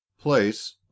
Place